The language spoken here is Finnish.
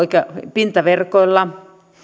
pintaverkoilla